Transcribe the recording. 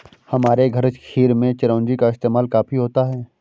हमारे घर खीर में चिरौंजी का इस्तेमाल काफी होता है